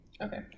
Okay